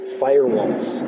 firewalls